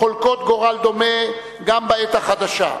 חולקות גורל דומה גם בעת החדשה: